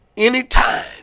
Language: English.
anytime